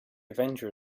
avenger